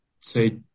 say